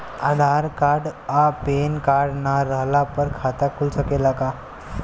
आधार card आ PAN card ना रहला पर खाता खुल सकेला का?